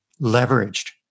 leveraged